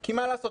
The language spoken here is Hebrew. כי מה לעשות,